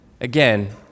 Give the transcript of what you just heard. again